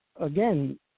again